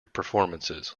performances